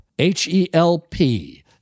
H-E-L-P